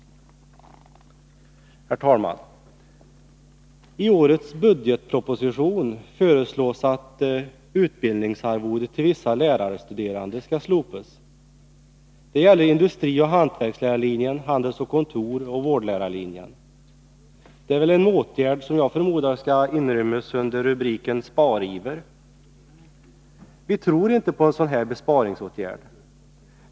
Herr talman! I årets budgetproposition föreslås att utbildningsarvodet till vissa lärarstuderande skall slopas. Det gäller industrioch hantverkslinjen, handels-, kontorsoch vårdlärarlinjen. Det är väl en åtgärd som jag förmodar skall inrymmas under rubriken Spariver. Vi tror inte på en sådan besparingsåtgärd.